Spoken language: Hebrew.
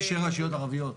ראשי רשויות הערביות.